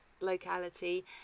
locality